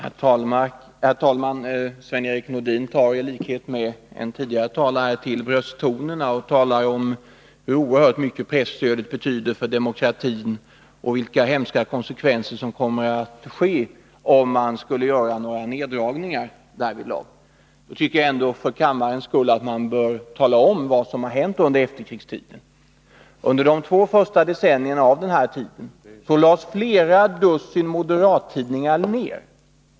Herr talman! Sven-Erik Nordin tog i likhet med en tidigare talare till brösttonerna och talade om hur mycket presstödet betyder för demokratin och vilka konsekvenser det kommer att bli om man gör några neddragningar. Jag tycker ändå att man för kammarens skull bör tala om vad som har hänt under efterkrigstiden. Under de två första decennierna av den tiden lades flera dussin moderattidningar ned.